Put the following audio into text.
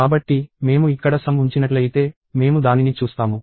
కాబట్టి మేము ఇక్కడ సమ్ ఉంచినట్లయితే మేము దానిని చూస్తాము